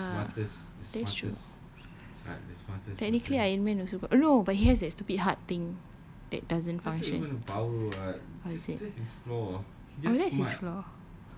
oh ya that's true technically iron man also no but he has that stupid heart thing that doesn't function oh is it oh that's his flaws